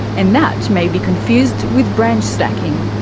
and that may be confused with branch stacking.